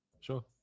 Sure